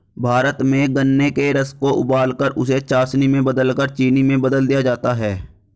भारत में गन्ने के रस को उबालकर उसे चासनी में बदलकर चीनी में बदल दिया जाता है